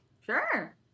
Sure